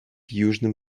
южным